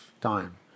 time